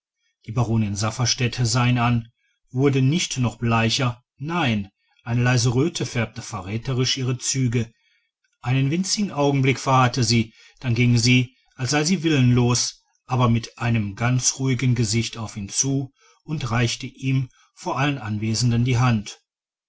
die baronin safferstatt sah ihn wurde nicht noch bleicher nein eine leise röte färbte verräterisch ihre züge einen winzigen augenblick verharrte sie dann ging sie als sei sie willenlos aber mit einem ganz ruhigen gesicht auf ihn zu und reichte ihm vor allen anwesenden die hand